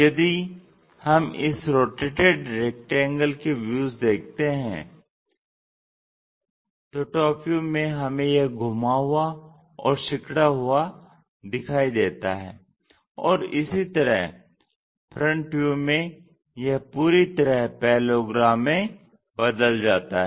यदि हम इस रोटेटेड रैक्टेंगल के व्यूज देखते हैं टॉप व्यू में हमें यह घुमा हुआ और सिकुड़ा हुआ दिखाई देता है और इसी तरह फ्रंट व्यू में यह पूरी तरह पैरेललोग्राम में बदल जाता है